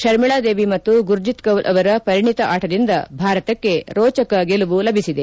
ಶರ್ಮಿಳಾ ದೇವಿ ಮತ್ತು ಗುರ್ಜಿತ್ ಕೌಲ್ ಅವರ ಪರಿಣಿತ ಆಟದಿಂದ ಭಾರತಕ್ಕೆ ರೋಚಕ ಗೆಲುವು ಲಭಿಸಿದೆ